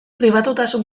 pribatutasun